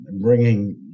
bringing